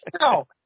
No